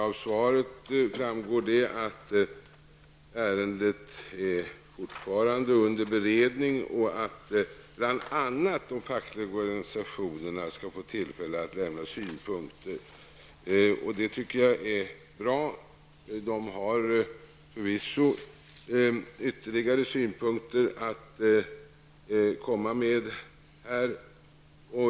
Av svaret framgår att ärendet fortfarande är under beredning och att bl.a. de fackliga organisationerna skall få tillfälle att lämna synpunkter. Det tycker jag är bra. De fackliga organisationerna har förvisso ytterligare synpunkter att komma med.